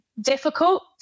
difficult